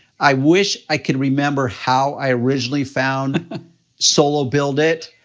i wish i could remember how i originally found solo build it!